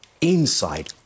Inside